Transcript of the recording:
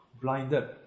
blinded